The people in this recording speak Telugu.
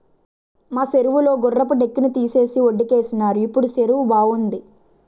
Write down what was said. మా సెరువు లో గుర్రపు డెక్కని తీసేసి వొడ్డుకేసినారు ఇప్పుడు సెరువు బావుంది